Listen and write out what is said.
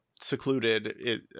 secluded